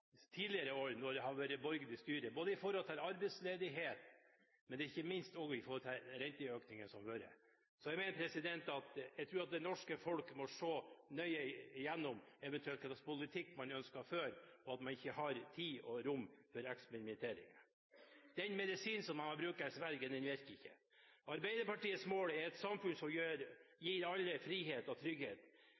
tidligere år da det var borgerlig styre, og husker arbeidsledigheten og ikke minst renteøkningene som har vært. Jeg tror det norske folket må tenke nøye igjennom hva slags politikk man eventuelt ønsker å føre, og at man ikke har tid og rom for eksperimenter. Den medisinen som de bruker i Sverige, virker ikke. Arbeiderpartiets mål er et samfunn som gir alle frihet og trygghet,